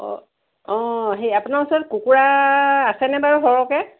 অ অ সেই আপোনাৰ ওচৰত কুকুৰা আছেনে বাৰু সৰহকৈ